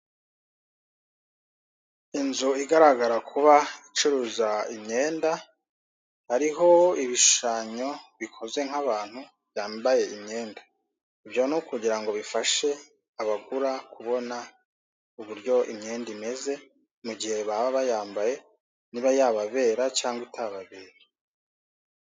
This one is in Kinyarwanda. Inzu igaragara kuba icuruza imyenda, hariho ibishushanyo bikoze nk'abantu byambaye imyenda, ibyo ni ukugira ngo bifashe abagura kubona uburyo imyenda imeze, mu gihe baba bayambaye niba yababera cyangwa itababera.